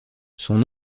son